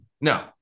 No